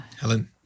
Helen